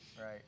right